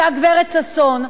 אותה גברת ששון,